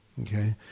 Okay